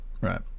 Right